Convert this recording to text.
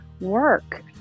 work